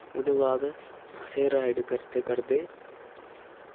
उ'दे बाद असे राइड करदे करदे